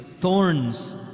thorns